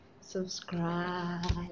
Subscribe